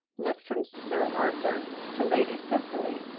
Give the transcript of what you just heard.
looked from sir arthur to lady cicely,